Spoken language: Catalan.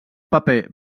paper